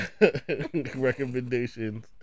Recommendations